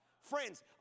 Friends